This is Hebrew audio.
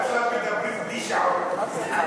עכשיו מדברים בלי שעון.